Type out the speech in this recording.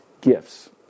gifts